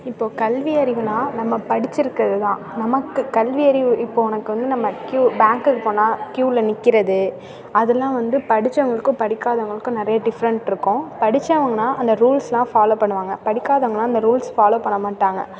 இப்போது கல்வி அறிவுன்னா நம்ம படித்திருக்கிறதுதான் நமக்கு கல்வி அறிவு இப்போது உனக்கு வந்து நம்ம கியூ பேங்க்குக்கு போனால் கியூவில் நிற்கிறது அதெல்லாம் வந்து படித்தவங்களுக்கும் படிக்காதவங்களுக்கும் நிறைய டிஃப்ரெண்ட்டுருக்கும் படித்தவங்கன்னா அந்த ரூல்ஸ்லாம் ஃபாலோ பண்ணுவாங்க படிக்காதவங்கன்னா அந்த ரூல்ஸ் ஃபாலோ பண்ண மாட்டாங்க